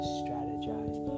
strategize